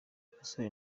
abasore